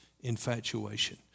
infatuation